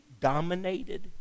dominated